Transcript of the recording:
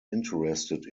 interested